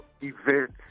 events